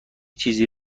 چیزی